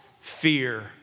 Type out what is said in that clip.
fear